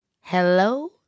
Hello